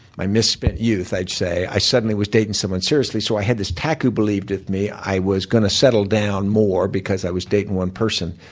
my misspent youth, i'd say, i suddenly was dating someone seriously. so i had this tac who believed in me. i was going to settle down more because i was dating one person.